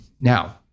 Now